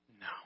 No